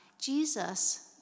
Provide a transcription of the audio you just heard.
Jesus